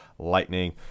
lightning